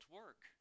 work